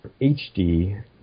HD